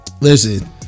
listen